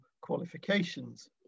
qualifications